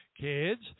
Kids